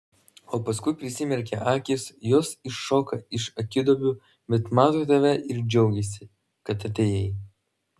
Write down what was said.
o paskui prasimerkia akys jos iššoka iš akiduobių bet mato tave ir džiaugiasi kad atėjai